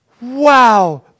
Wow